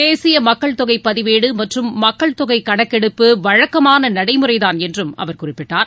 தேசிய மக்கள் தொகை பதிவேடு மற்றும் மக்கள் தொகை கணக்கெடுப்பு வழக்கமான நடைமுறைதான் என்றும் அவர் குறிப்பிட்டார்